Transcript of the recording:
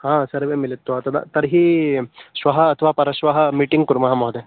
हा सर्वे मिलित्वा तदा तर्हि श्वः अथवा परश्वः मीटिङ्ग् कुर्मः महोदयः